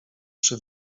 przy